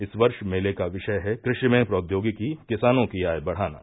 इस वर्ष मेले का विषय है कृषि में प्रौद्योगिकी किसानों की आय बढ़ाना